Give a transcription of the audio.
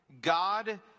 God